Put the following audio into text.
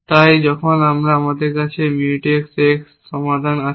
তাই কখন আমাদের কাছে Mutex সমাধান আছে